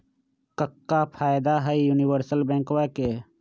क्का फायदा हई यूनिवर्सल बैंकवा के?